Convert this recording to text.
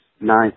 nine